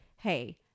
hey